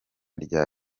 rya